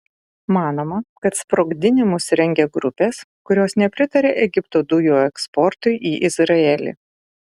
manoma kad sprogdinimus rengia grupės kurios nepritaria egipto dujų eksportui į izraelį